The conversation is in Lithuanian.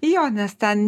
jo nes ten